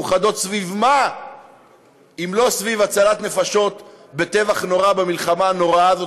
מאוחדות סביב מה אם לא סביב הצלת נפשות בטבח נורא במלחמה הנוראה הזאת,